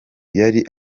yari